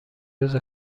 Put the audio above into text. روز